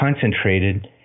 concentrated